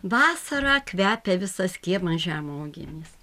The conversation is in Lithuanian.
vasarą kvepia visas kiemas žemuogėmis